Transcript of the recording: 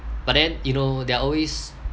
but then you know there are always